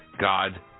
God